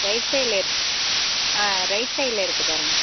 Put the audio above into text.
right சைடில் இருக் ஆ ரைட் சைடில் இருக்கு பாருங்கள்